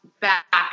back